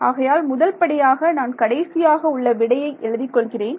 ஆகையால் முதல் படியாக நான் கடைசியாக உள்ள விடையை எழுதிக் கொள்கிறேன்